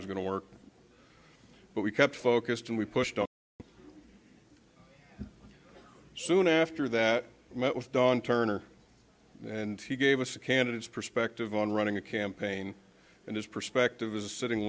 to work but we kept focused and we pushed out soon after that i met with dawn turner and he gave us the candidates perspective on running a campaign and his perspective as a sitting